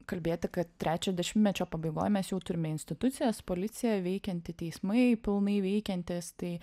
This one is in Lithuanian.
kalbėti kad trečio dešimtmečio pabaigoj mes jau turime institucijas policija veikianti teismai pilnai veikiantys tai